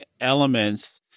elements